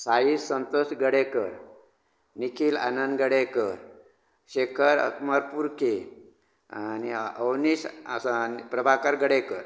साईश संतोश गडेकर निखिल आनंद गडेकर शेखर अकमाद पुर्के आनी अवनीश आसा प्रभाकर गडेकर